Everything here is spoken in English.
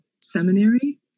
Seminary